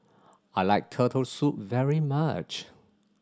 I like Turtle Soup very much